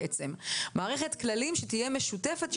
מערכת כללים שתהיה משותפת,